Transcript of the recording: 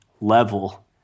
level